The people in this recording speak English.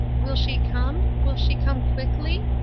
will she come? will she come quickly?